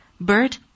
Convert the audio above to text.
bird